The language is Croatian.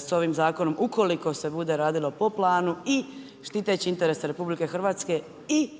s ovim zakonom, ukoliko se bude radilo po planu i štiteći interese RH, i štiteći sve